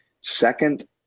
second